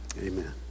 Amen